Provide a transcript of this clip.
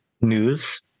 news